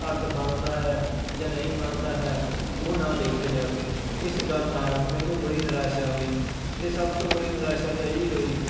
ਅਰਥ ਬਣਦਾ ਹੈ ਜਾਂ ਨਹੀਂ ਬਣਦਾ ਹੈ ਉਹ ਨਾ ਦੇਖਿਆ ਜਾਵੇ ਇਸ ਗੱਲ ਨਾਲ ਮੈਨੂੰ ਬੜੀ ਨਿਰਾਸ਼ਾ ਹੋਈ ਅਤੇ ਸਭ ਤੋਂ ਬੜੀ ਨਿਰਾਸ਼ਾ ਤਾਂ ਇਹ ਹੀ ਹੋਈ